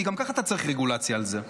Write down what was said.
כי גם כך אתה צריך רגולציה על זה.